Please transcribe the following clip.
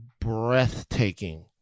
Breathtaking